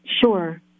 Sure